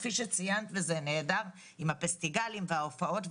כפי שציינת וזה נהדר עם הפסטיגלים וההופעות.